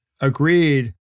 agreed